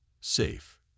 safe